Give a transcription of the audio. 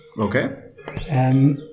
Okay